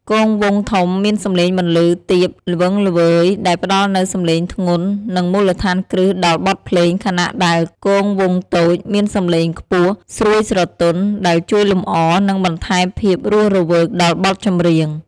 គងវង់ធំ មានសំឡេងបន្លឺ ទាប ល្វឹងល្វើយ ដែលផ្ដល់នូវសម្លេងធ្ងន់ និងមូលដ្ឋានគ្រឹះដល់បទភ្លេង ខណៈដែល គងវង់តូច មានសំឡេង ខ្ពស់ ស្រួយស្រទន់ ដែលជួយលម្អ និងបន្ថែមភាពរស់រវើកដល់បទចម្រៀង។